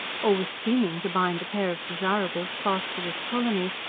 or was scheming to bind a pair of desirables fast to this colony,